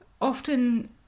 often